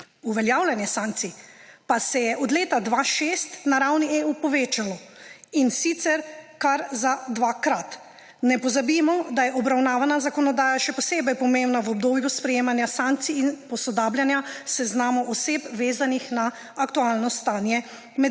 Uveljavljanje sankcij pa se je od leta 2006 na ravni EU povečalo, in sicer kar za dvakrat. Ne pozabimo, da je obravnavana zakonodaja še posebej pomembna v obdobju sprejemanja sankcij in posodabljanja seznamov oseb, vezanih na aktualno stanje med